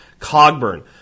Cogburn